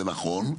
זה נכון,